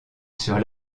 sur